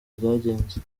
ryagenze